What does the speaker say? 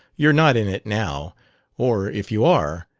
you're not in it now or, if you are,